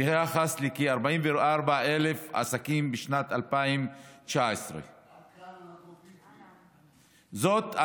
ביחס לכ-44,000 עסקים בשנת 2019. זאת,